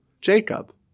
Jacob